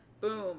Boom